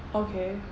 okay